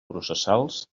processals